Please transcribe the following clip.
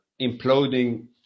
imploding